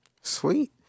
Sweet